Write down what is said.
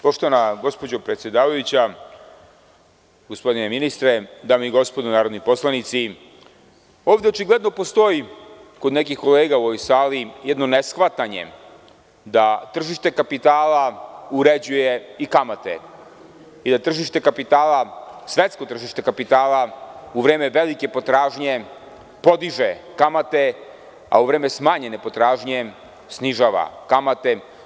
Poštovana predsedavajuća, gospodine ministre, dame i gospodo narodni poslanici, ovde očigledno postoji kod nekih kolega u ovoj sali jedno neshvatanje da tržište kapitala uređuje i kamate i da svetsko tržište kapitala u vreme velike potražnje podiže kamate, a u vreme smanjene potražnje snižava kamate.